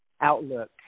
outlook